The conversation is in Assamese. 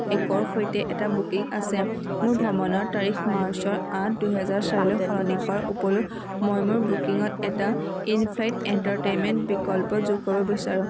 একৰ সৈতে এটা বুকিং আছে মোৰ ভ্ৰমণৰ তাৰিখ মাৰ্চৰ আঠ দুহেজাৰ চাৰিলৈ সলনি কৰাৰ উপৰিও মই মোৰ বুকিঙত এটা ইন ফ্লাইট এণ্টাৰটেইনমেণ্ট বিকল্প যোগ কৰিব বিচাৰোঁ